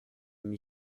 m’y